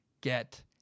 get